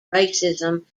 racism